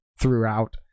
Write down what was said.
throughout